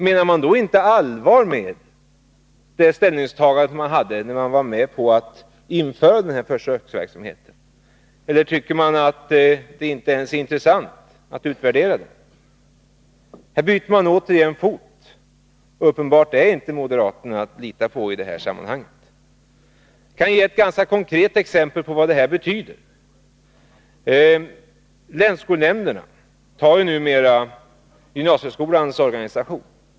Menade inte moderaterna allvar med sitt ställningstagande då de var med om att införa den här försöksverksamheten? Eller tycker de att det inte ens är intressant att utvärdera den? Här byter moderaterna återigen fot. Uppenbarligen är de inte att lita på i det här sammanhanget. Jag kan ge ett ganska konkret exempel på vad den här verksamheten betyder. Länsskolnämnderna beslutar numera om gymnasieskolans organisation.